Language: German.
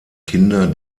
kinder